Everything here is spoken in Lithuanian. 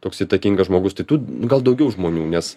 toks įtakingas žmogus tai tu gal daugiau žmonių nes